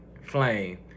Flame